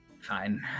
Fine